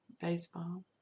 baseball